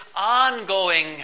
ongoing